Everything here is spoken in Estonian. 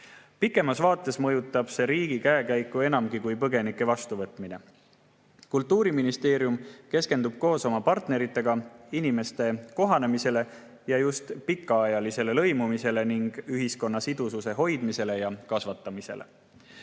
Pikemas vaates mõjutab see riigi käekäiku enamgi kui põgenike vastuvõtmine. Kultuuriministeerium keskendub koos oma partneritega inimeste kohanemisele ja just pikaajalisele lõimumisele ning ühiskonna sidususe hoidmisele ja